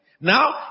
Now